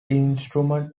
instrument